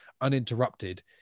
uninterrupted